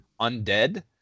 undead